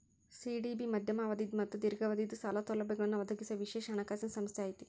CDB ಮಧ್ಯಮ ಅವಧಿದ್ ಮತ್ತ ದೇರ್ಘಾವಧಿದ್ ಸಾಲ ಸೌಲಭ್ಯಗಳನ್ನ ಒದಗಿಸೊ ವಿಶೇಷ ಹಣಕಾಸಿನ್ ಸಂಸ್ಥೆ ಐತಿ